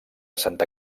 santa